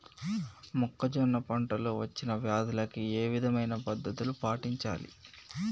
మొక్కజొన్న పంట లో వచ్చిన వ్యాధులకి ఏ విధమైన పద్ధతులు పాటించాలి?